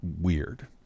weird